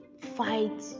fight